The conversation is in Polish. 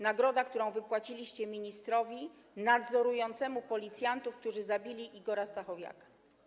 Nagroda, którą wypłaciliście ministrowi nadzorującemu policjantów, którzy zabili Igora Stachowiaka.